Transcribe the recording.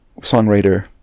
songwriter